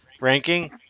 ranking